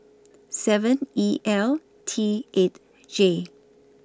seven E L T eight J